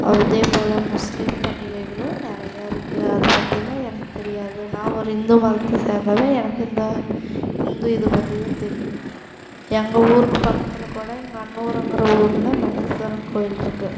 அதே போல் முஸ்லீம் பண்டிகைகளும் நிறைய இருக்கு அதை பற்றிலாம் எனக்கு தெரியாது நான் ஒரு இந்து மதத்தை சேர்ந்தவர் எனக்கு இந்த இந்து இதை பற்றிதான் தெரியும் எங்கள் ஊருக்கு பக்கத்தில் கூட எங்கள் அந்நூறுங்கிற ஊரில் மணிஸ்வரன் கோயில் இருக்கு